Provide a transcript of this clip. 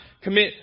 commit